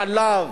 חלב,